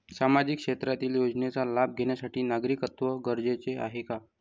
सामाजिक क्षेत्रातील योजनेचा लाभ घेण्यासाठी नागरिकत्व गरजेचे आहे का?